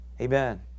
Amen